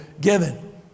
given